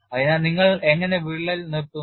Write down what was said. അതിനാൽ നിങ്ങൾ എങ്ങനെ വിള്ളൽ നിർത്തുന്നു